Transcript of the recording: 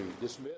dismiss